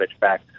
back